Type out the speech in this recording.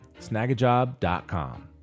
snagajob.com